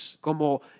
Como